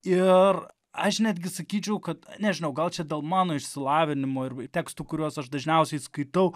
ir aš netgi sakyčiau kad nežinau gal čia dėl mano išsilavinimo ir tekstų kuriuos aš dažniausiai skaitau